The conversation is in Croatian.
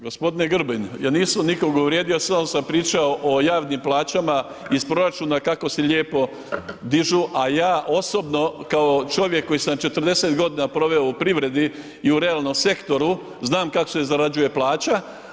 Gospodine Grbin, ja nisam nikoga uvrijedio samo sam pričao o javnim plaćama iz proračuna kako se lijepo dižu, a ja osobno kao čovjek koji sam 40 godina proveo u privredi i u realnom sektoru znam kako se zarađuje plaća.